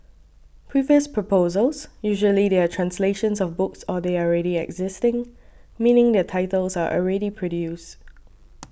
previous proposals usually they are translations of books or they are already existing meaning their titles are already produced